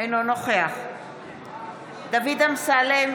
אינו נוכח דוד אמסלם,